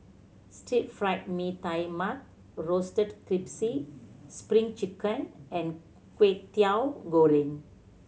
Stir Fried Mee Tai Mak roasted Spring Chicken and Kway Teow Goreng